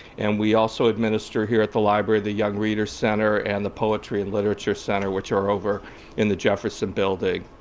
and we also administer here at the library the young readers center and the poetry and literature center which are over in the jefferson building.